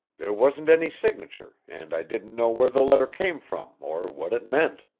there wasn't any signature, and i didn't know where the letter came from, or what it meant.